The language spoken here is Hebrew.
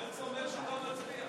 גנץ אומר שהוא לא מצביע.